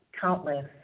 countless